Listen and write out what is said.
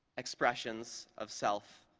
expressions of self,